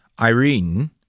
Irene